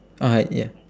uh ya